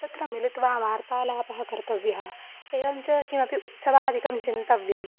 तत्र मिलित्वा वार्तालापः कर्तव्यः एवञ्च किमपि उत्सवाधिकं चिन्तितव्यं